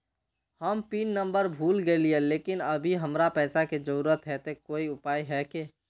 हम pin number भूल गेलिये लेकिन अभी हमरा पैसा के जरुरत है ते कोई उपाय है की?